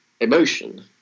emotion